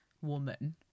woman